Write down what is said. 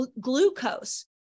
glucose